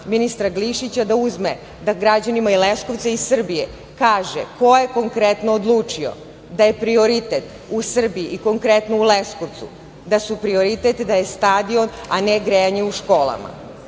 ministra Glišića da uzme da građanima i Leskovca i Srbije kaže da ko je konkretno odlučio da je prioritet u Srbiji i konkretno u Leskovcu stadion a ne grejanje u školama,